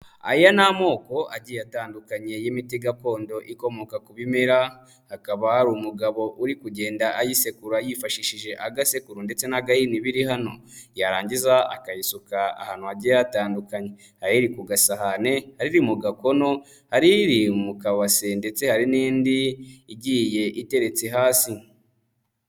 Aya ni amoko agiye atandukanye y'imiti gakondo ikomoka ku bimera, hakaba hari umugabo uri kugenda ayisekura yifashishije agasekuru ndetse na gahini biri hano yarangiza akayisuka ahantu hagiye hatandukanye, hari iri ku gasahane, hari iri mu gakono, hari iri mu ka base ndetse hari n'indi igiye iteretse hasi.